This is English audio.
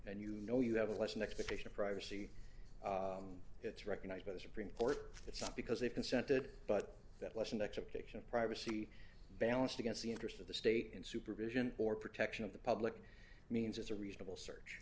and you know you have less an expectation of privacy it's recognized by the supreme court it's not because they've consented but that lesson that to protection of privacy balanced against the interest of the state in supervision or protection of the public means it's a reasonable search